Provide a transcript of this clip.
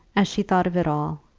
as she thought of it all,